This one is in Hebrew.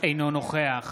אינו נוכח